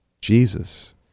Jesus